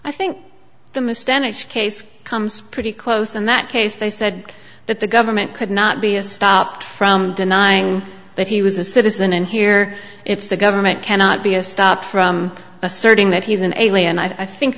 i think the miss standish case comes pretty close in that case they said that the government could not be a stopped from denying that he was a citizen and here it's the government cannot be estopped from asserting that he's an alien i think